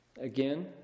Again